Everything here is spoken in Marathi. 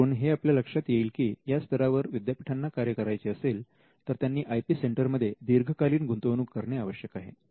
यावरून हे आपल्या लक्षात येईल की या स्तरावर विद्यापीठांना कार्य करायचे असेल तर त्यांनी आय पी सेंटरमध्ये दीर्घकालीन गुंतवणूक करणे आवश्यक आहे